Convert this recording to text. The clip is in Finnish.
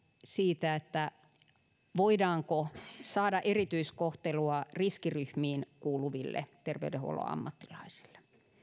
siitä voidaanko saada erityiskohtelua riskiryhmiin kuuluville terveydenhuollon ammattilaisille